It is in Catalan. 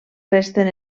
resten